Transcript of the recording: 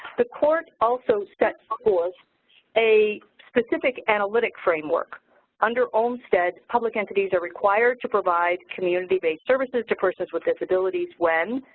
the court also sets forth a specific analytic framework under olmstead, public entities are required to provide community-based services to persons with disabilities when,